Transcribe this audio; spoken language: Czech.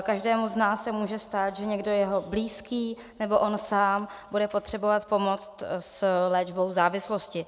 Každému z nás se může stát, že někdo, jeho blízký nebo on sám, bude potřebovat pomoct s léčbou závislosti.